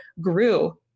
grew